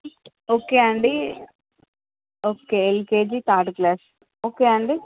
okay అండి okay LKG third class okay అండి